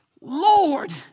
Lord